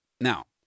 Now